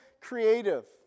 creative